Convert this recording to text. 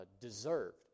deserved